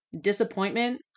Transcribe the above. disappointment